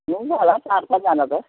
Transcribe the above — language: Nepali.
हुन्छ होला चार पाँचजना त